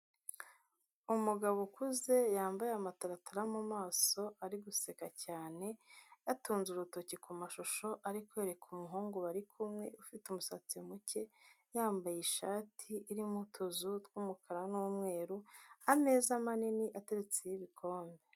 Umugabo ukuze yambaye amataratara mu maso ari guseka cyane, yatunze urutoki ku mashusho ari kwereka umuhungu bari kumwe ufite umusatsi muke, yambaye ishati irimo utuzu tw'umukara n'umweru, ameza manini ateretseho ibikombe.